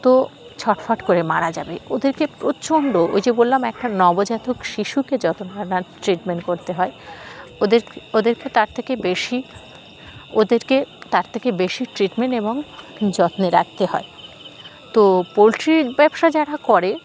তো ছটফট করে মারা যাবে ওদেরকে প্রচণ্ড ওই যে বললাম একটা নবজাতক শিশুকে যত ধরণের ট্রিটমেন্ট করতে হয় ওদের ওদেরকে তার থেকে বেশি ওদেরকে তার থেকে বেশি ট্রিটমেন্ট এবং যত্নে রাখতে হয় তো পোলট্রির ব্যবসা যারা করে